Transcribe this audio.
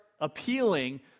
appealing